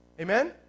Amen